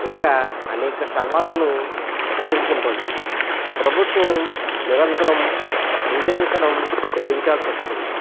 ఇంకా అనేక సవాళ్ళను ఎదుర్కొంటుంది ప్రభుత్వం నిరంతరం మూల్యాంకనం చెల్లించాల్సి వస్తుంది